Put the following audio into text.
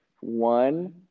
one